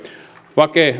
vake